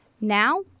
Now